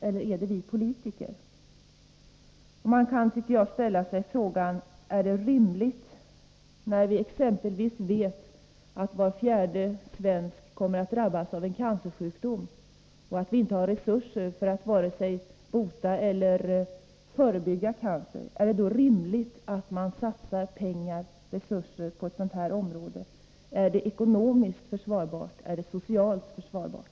Eller är det vi politiker? Är det rimligt att satsa pengar på detta område när vi exempelvis vet att var fjärde svensk kommer att drabbas av en cancersjukdom och att vi inte har tillräckliga resurser för att bota eller förebygga cancer? Är det ekonomiskt försvarbart? Är det socialt försvarbart?